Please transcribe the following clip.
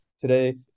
Today